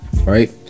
right